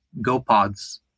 GoPods